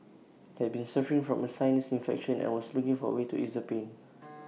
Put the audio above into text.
had been suffering from A sinus infection and was looking for A way to ease the pain